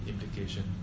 implication